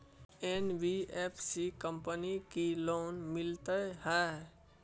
NBFC company की loan मिलते है?